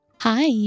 hi